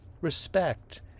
respect